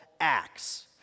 Acts